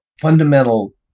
fundamental